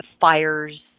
fires